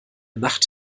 nacht